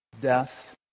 Death